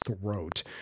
throat